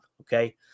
okay